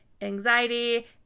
anxiety